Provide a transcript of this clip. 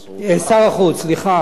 שר החוץ, סליחה.